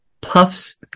puffs